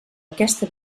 aquesta